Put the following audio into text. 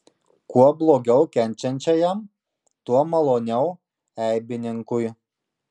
kuo blogiau kenčiančiajam tuo maloniau eibininkui